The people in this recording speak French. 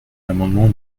l’amendement